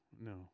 no